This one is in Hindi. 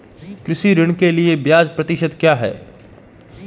कृषि ऋण के लिए ब्याज प्रतिशत क्या है?